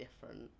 different